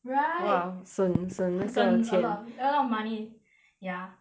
right !wah! 省省那个钱 a lot of mon~ a lot of money ya